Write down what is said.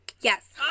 Yes